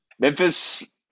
Memphis